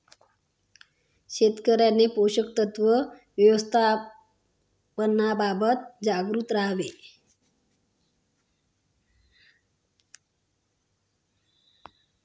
शेतकऱ्यांनी पोषक तत्व व्यवस्थापनाबाबत जागरूक राहावे